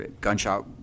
gunshot